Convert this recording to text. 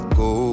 go